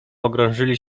pogrążyli